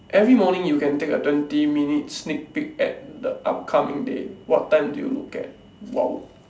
every morning you can take a twenty minutes sneak peak at the upcoming day what time do you look at !wow!